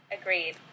Agreed